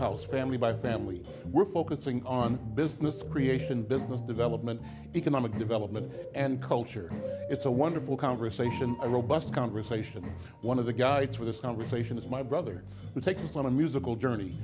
house family by family we're focusing on business creation business development economic development and culture it's a wonderful conversation a robust conversation one of the guys for this conversation is my brother who takes us on a musical journey